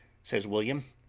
says william,